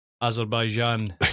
Azerbaijan